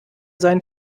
seinen